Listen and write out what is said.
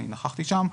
אני נכחתי שם,